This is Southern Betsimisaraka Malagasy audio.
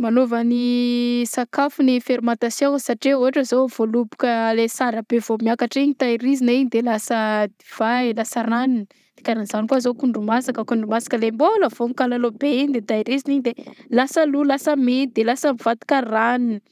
Manova ny sakafo ny fermentation satria ôhatra zao vaoloboka le sara be vao miakatra igny tahirizina igny de lasa divay, lasa ranony de karah zagny koa zao akondro masaka le mbôla vao mkalôlô be igny de tahirizina igny de lasa loa lasa midy de lasa mivadika ragnony;